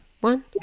one